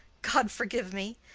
god forgive me!